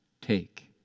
Take